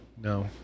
no